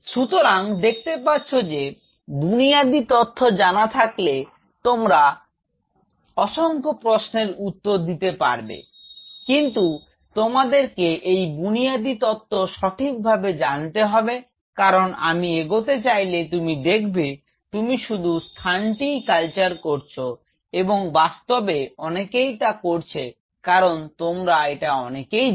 তো দেখতে পাচ্ছ যে বুনিয়াদি তত্ত্ব জানা থাকলে তোমরা তোমরা অসংখ্য প্রশ্নের উত্তর দিতে পারবে কিন্তু তোমাদেরকে এই বুনিয়াদি তত্ত্ব সঠিক ভাবে জানতে হবে কারন আমি এগোতে থাকলে তুমি দেখবে তুমি শুধু স্থানটিই কালচার করছ এবং বাস্তবে অনেকেই তা করছে কারন তোমরা অনেকেই এটা জান